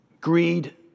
Greed